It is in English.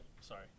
Sorry